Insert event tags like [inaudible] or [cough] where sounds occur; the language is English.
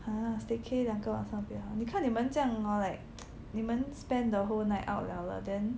!huh! staycay 两个晚上比较好你看你们这样 hor like [noise] 你们 spend the whole night out liao 了 then